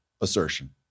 assertion